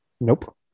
nope